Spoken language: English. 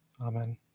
Amen